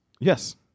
Yes